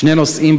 שני נוסעים,